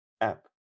app